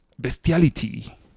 bestiality